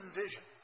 vision 。